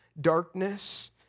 darkness